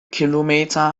kilometer